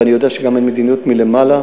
ואני יודע שגם אין מדיניות מלמעלה,